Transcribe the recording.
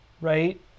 right